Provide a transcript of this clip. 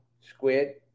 squid